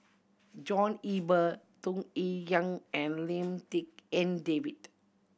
John Eber Tung Yue Yang and Lim Tik En David